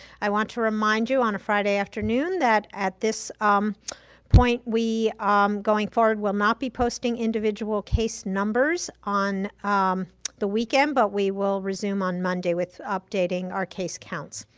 i want to remind you on a friday afternoon that at this um point we are um going forward, we'll not be posting individual case numbers on the weekend, but we will resume on monday with updating our case counts.